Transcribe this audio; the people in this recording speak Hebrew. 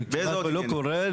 בדרך כלל זה לא קורה.